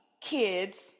kids